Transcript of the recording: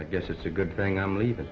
i guess it's a good thing i'm leaving